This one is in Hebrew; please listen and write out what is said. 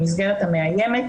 המסגרת המאיימת,